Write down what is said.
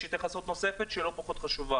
יש התייחסות נוספת שלא פחות חשובה